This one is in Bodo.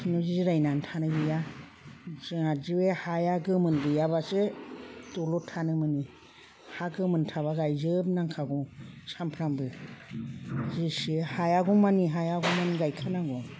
खुनु जिरायनानै थानाय गैया जोंहा जै हाया गोमोन गैयाबासो दलर थानो मोनो हा गोमोन थाबा गायजोब नांखागौ सामफ्रोमबो जेसे हायागौमानि हायागौमानि गायखानांगौ